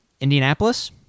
Indianapolis